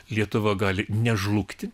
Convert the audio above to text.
lietuva gali nežlugti